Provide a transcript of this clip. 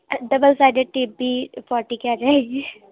double sided tape بھی forty کی آ جائے گی